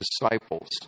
disciples